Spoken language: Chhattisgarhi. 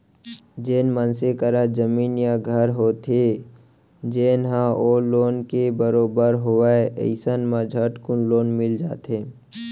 जेन मनसे करा जमीन या घर होथे जेन ह ओ लोन के बरोबर होवय अइसन म झटकुन लोन मिल जाथे